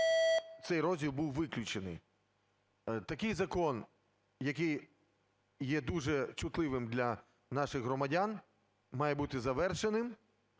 цей розділ був виключений. Такий закон, який є дуже чутливим для наших громадян, має завершеним,